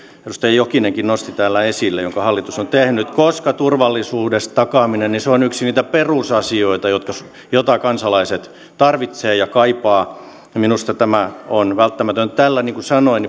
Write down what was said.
edustaja jokinenkin nosti täällä esille jonka hallitus on tehnyt koska turvallisuuden takaaminen on yksi niitä perusasioita joita kansalaiset tarvitsevat ja kaipaavat ja minusta tämä on välttämätöntä niin kuin sanoin